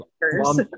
workers